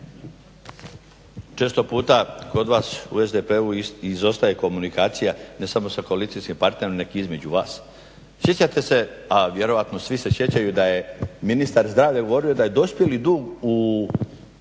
Često puta kod vas u SDP-u izostaje komunikacija ne samo sa koalicijskim partnerom nego i između vas. Sjećate se, a vjerojatno svi se sjećaju da je ministar zdravlja govorio da je dospjeli dug u